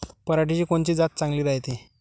पऱ्हाटीची कोनची जात चांगली रायते?